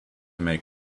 make